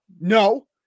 No